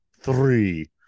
three